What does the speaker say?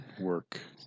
work